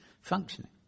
functioning